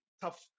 tough